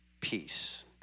peace